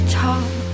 talk